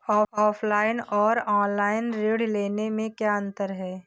Offline और online ऋण लेने में क्या अंतर है?